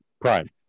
prime